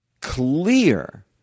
clear